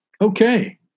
Okay